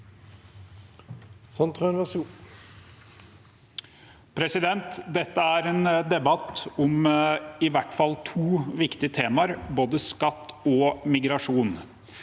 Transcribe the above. Dette er en debatt om i hvert fall to viktige temaer, både skatt og migrasjon.